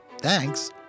Thanks